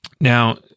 Now